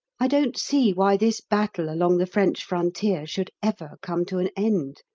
i don't see why this battle along the french frontier should ever come to an end,